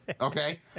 Okay